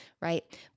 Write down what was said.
Right